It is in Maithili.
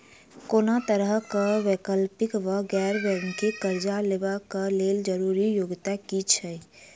कोनो तरह कऽ वैकल्पिक वा गैर बैंकिंग कर्जा लेबऽ कऽ लेल जरूरी योग्यता की छई?